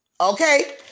Okay